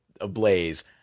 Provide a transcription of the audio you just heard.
ablaze